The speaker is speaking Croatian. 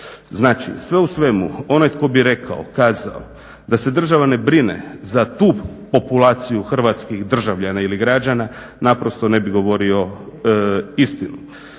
Znači, sve u svemu onaj tko bi rekao, kazao da se država ne brine za tu populaciju hrvatskih državljana ili građana naprosto ne bi govorio istinu.